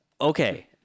okay